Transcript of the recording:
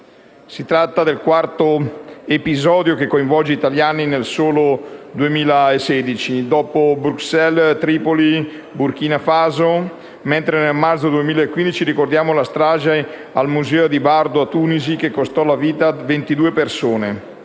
Si tratta del quarto episodio che coinvolge italiani nel solo 2016, dopo i fatti di Bruxelles, Tripoli e Burkina Faso, mentre nel marzo 2015 ricordiamo la strage al Museo del Bardo a Tunisi, che costò la vita a 22 persone,